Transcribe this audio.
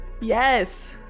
Yes